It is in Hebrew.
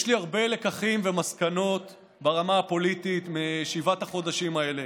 יש לי הרבה לקחים ומסקנות ברמה הפוליטית משבעת החודשים האלה.